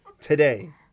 Today